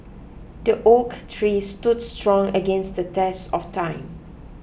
the oak tree stood strong against the test of time